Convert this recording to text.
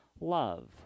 love